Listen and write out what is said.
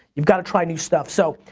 you got to try new stuff so,